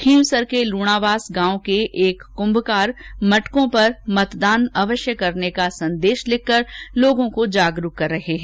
खींवसर के लूणावास गांव के एक कुमकार मटकों पर मतदान अवश्य करने का संदेश लिखकर लोगों को जागरूक कर रहे हैं